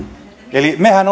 eli mehän